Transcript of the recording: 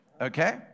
Okay